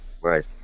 Right